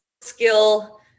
skill